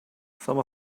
some